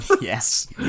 Yes